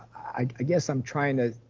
i guess i'm trying to,